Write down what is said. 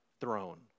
throne